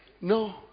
No